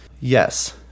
Yes